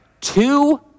two